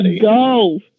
go